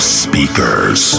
speakers